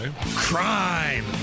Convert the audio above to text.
Crime